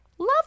love